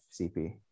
CP